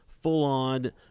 full-on